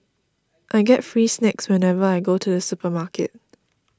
I get free snacks whenever I go to the supermarket